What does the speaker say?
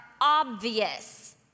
obvious